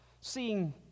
seeing